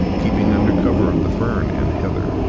keeping under cover of the fern and heather.